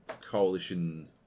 Coalition